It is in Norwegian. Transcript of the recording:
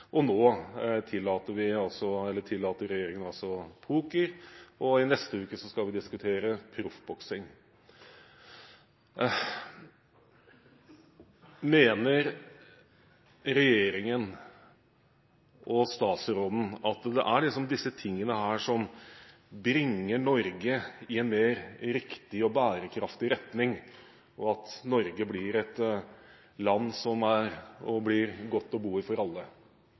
taxfree. Nå tillater regjeringen poker, og i neste uke skal vi diskutere proffboksing. Mener regjeringen og statsråden at det er dette som bringer Norge i en mer riktig og bærekraftig retning, og gjør at Norge blir et land som er godt å bo i for alle?